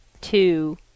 two